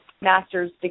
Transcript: Master's